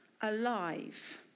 alive